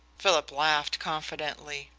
philip laughed confidently.